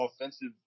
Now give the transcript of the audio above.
offensive